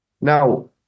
Now